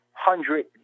Hundred